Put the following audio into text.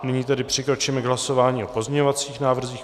Nyní tedy přikročíme k hlasování o pozměňovacích návrzích.